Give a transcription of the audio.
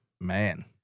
man